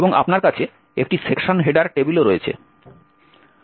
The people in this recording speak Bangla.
এবং আপনার কাছে একটি সেকশন হেডার টেবিলও রয়েছে